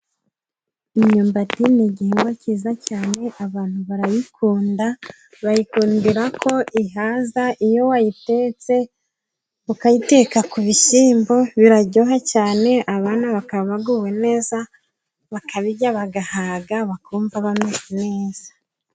Imyumbati ni igigwa cyiza cyane, abantu barayikunda, bayikundira ko ihaza, iyo wayitetse , ukayiteka ku bishyimbo, biraryoha cyane abanaa bakaba baguwe neza, bakayirya, bagahaga bakumva bameze neza.